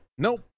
Nope